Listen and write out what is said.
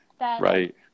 Right